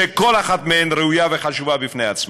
שכל אחת מהן ראויה וחשובה בפני עצמה,